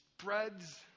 spreads